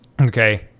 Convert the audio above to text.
Okay